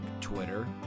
Twitter